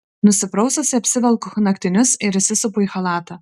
nusipraususi apsivelku naktinius ir įsisupu į chalatą